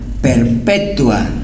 perpetua